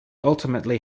ultimately